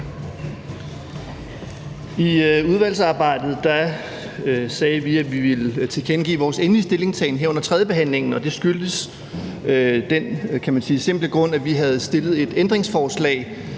udvalgsarbejdet sagde vi, at vi ville tilkendegive vores endelige stillingtagen her under tredjebehandlingen, og det var af den simple grund, at vi havde stillet et ændringsforslag,